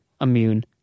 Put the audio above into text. immune